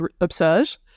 absurd